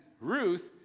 Ruth